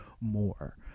more